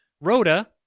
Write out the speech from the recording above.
Rhoda